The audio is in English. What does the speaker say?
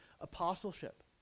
apostleship